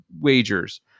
wagers